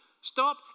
Stop